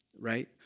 Right